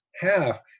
half